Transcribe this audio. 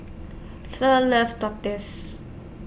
fur loves